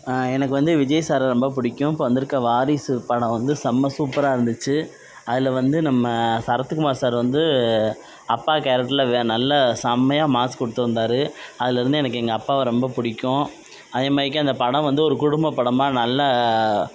எனக்கு வந்து விஜய் சாரை ரொம்ப பிடிக்கும் இப்போது வந்துருக்க வாரிசு படம் வந்து செம்மை சூப்பராக இருந்துச்சு அதில் வந்து நம்ம சரத்துகுமார் சார் வந்து அப்பா கேரக்டரில் நல்ல செம்மையா மாஸ் கொடுத்துருந்தாரு அதுலேருந்து எனக்கு எங்க அப்பாவை ரொம்ப பிடிக்கும் அதே மாரிக்கா அந்த படம் வந்து ஒரு குடும்ப படமாக நல்லா